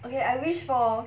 okay I wish for